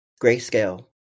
grayscale